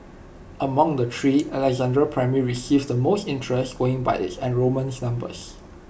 among the three Alexandra primary received the most interest going by its enrolment numbers